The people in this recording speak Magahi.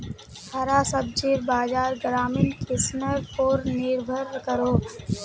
हरा सब्जिर बाज़ार ग्रामीण किसनर पोर निर्भर करोह